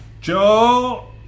Joe